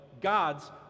God's